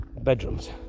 bedrooms